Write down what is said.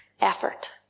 effort